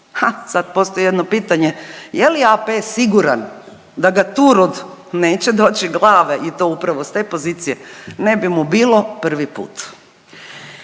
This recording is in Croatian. sad postoji jedno pitanje, je li AP siguran da ga Turud neće doći glave i to upravo s te pozicije? Ne bi mu bilo prvi put.